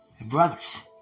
Brothers